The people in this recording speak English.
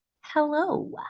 hello